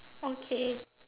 okay